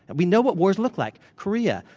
and we know what wars look like. korea.